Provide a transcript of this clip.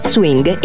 Swing